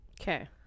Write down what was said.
Okay